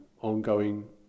ongoing